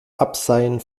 abseien